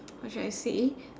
how should I say